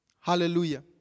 Hallelujah